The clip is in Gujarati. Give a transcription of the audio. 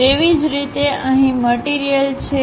તેવી જ રીતે અહીં મટીરીયલછે